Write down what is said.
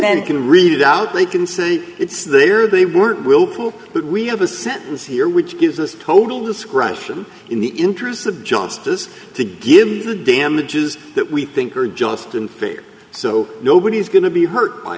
and can read it out they can say it's there they were but we have a sentence here which gives us total discretion in the interests of justice to give damages that we think are just and so d nobody is going to be hurt